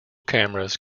cameras